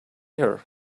here